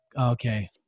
okay